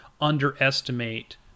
underestimate